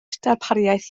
darpariaeth